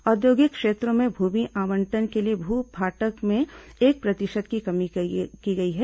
औद्योगिक क्षेत्रों में भूमि आवंटन के लिए भू भाटक में एक प्रतिशत की कमी की गई है